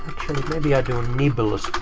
maybe i do and nibbles